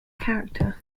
character